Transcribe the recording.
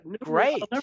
great